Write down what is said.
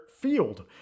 field